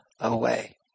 away